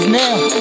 now